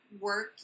work